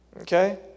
Okay